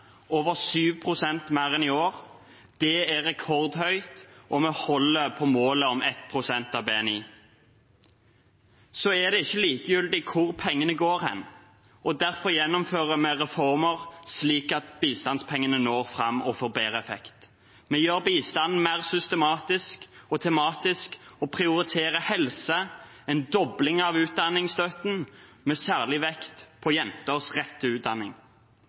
over 7 pst. mer enn i år. Det er rekordhøyt, og vi holder på målet om 1 pst. av BNI. Så er det ikke likegyldig hvor pengene går, og derfor gjennomfører vi reformer, slik at bistandspengene når fram og får bedre effekt. Vi gjør bistanden mer systematisk og tematisk og prioriterer helse og en dobling av utdanningsstøtten, med særlig vekt på jenters rett til utdanning.